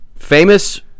Famous